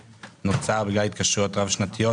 כשהולכים לתהליך של בנייה חדשה,